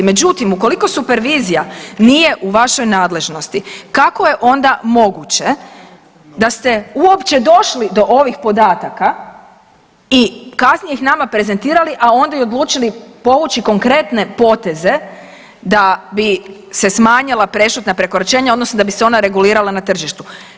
Međutim, ukoliko supervizija nije u vašoj nadležnosti kako je onda moguće da ste uopće došli do ovih podataka i kasnije ih nama prezentirali, a onda i odlučili povući konkretne poteze da bi se smanjila prešutna prekoračenja odnosno da bi se ona regulirala na tržištu?